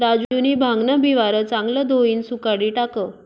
राजूनी भांगन बिवारं चांगलं धोयीन सुखाडी टाकं